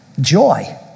Joy